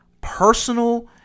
personal